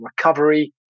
recovery